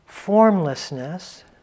Formlessness